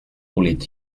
roulait